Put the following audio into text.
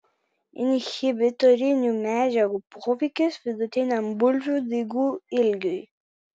inhibitorinių medžiagų poveikis vidutiniam bulvių daigų ilgiui